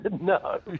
No